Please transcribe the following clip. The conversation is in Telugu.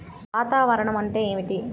వాతావరణం అంటే ఏమిటి?